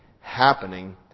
happening